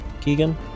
Keegan